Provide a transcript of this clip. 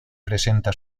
presenta